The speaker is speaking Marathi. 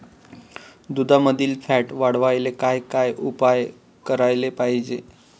दुधामंदील फॅट वाढवायले काय काय उपाय करायले पाहिजे?